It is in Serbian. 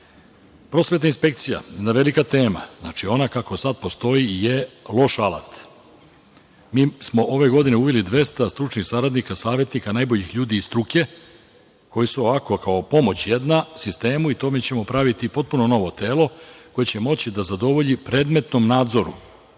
besplatno. Prosvetna inspekcija, jedna velika tema. Znači, ona kako sada postoji je loš alat. Mi smo ove godine uveli 200 stručnih saradnika, savetnika, najboljih ljudi iz struke koji su kao pomoć jedna sistemu i pravićemo jedno potpuno novo telo koje će moći da zadovolji predmetnom nadzoru,